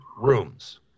rooms